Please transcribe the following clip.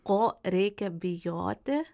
ko reikia bijoti